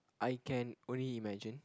I can only imagine